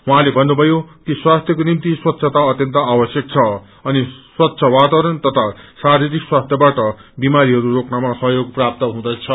जाहाँले भन्नुभयो कि स्वास्थ्यको निम्ति स्वच्छता अत्यन्त आवश्यक छ अनि स्वच्छ वातावरण तथ शारीरिक स्वास्थ्य बाट विमारीहरू रोक्नमा सहयोग प्राप्त हुनेछ